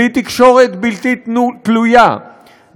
בלי תקשורת בלתי תלויה,